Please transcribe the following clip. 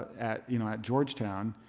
at you know at georgetown